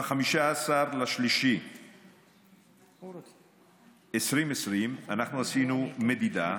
ב-15 במרץ 2020 אנחנו עשינו מדידה.